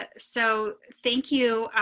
ah so thank you.